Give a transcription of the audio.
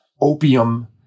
opium